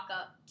up